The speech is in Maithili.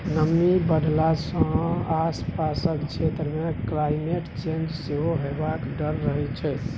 नमी बढ़ला सँ आसपासक क्षेत्र मे क्लाइमेट चेंज सेहो हेबाक डर रहै छै